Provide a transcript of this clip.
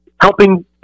helping